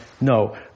no